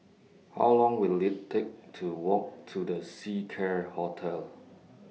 How Long Will IT Take to Walk to The Seacare Hotel